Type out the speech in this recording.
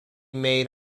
made